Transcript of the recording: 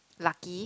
lucky